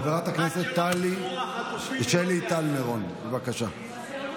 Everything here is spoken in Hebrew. חברת הכנסת שלי טל מירון, בבקשה.